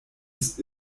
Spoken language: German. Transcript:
ist